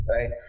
right